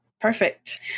Perfect